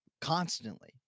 constantly